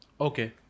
okay